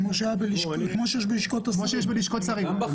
כמו שיש בלשכות השרים.